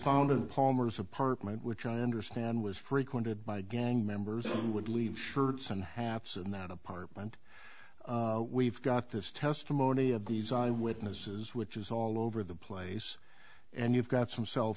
found in palmer's apartment which i understand was frequented by gang members would leave shirts and hats in that apartment we've got this testimony of these eyewitnesses which is all over the place and you've got some cell